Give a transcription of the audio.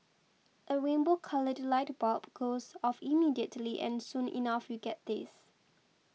a rainbow coloured light bulb goes off immediately and soon enough you get this